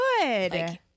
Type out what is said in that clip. Good